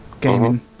gaming